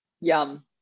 Yum